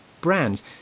brands